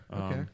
Okay